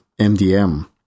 MDM